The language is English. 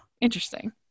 interesting